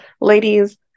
ladies